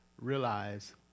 realize